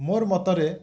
ମୋର ମତରେ